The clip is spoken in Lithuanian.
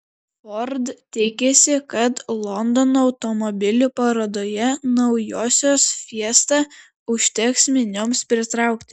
ford tikisi kad londono automobilių parodoje naujosios fiesta užteks minioms pritraukti